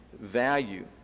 value